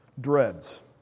dreads